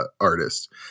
artist